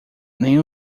nem